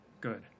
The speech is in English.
good